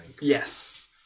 Yes